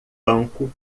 banco